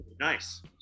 nice